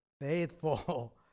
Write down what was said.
faithful